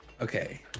Okay